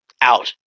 out